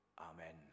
Amen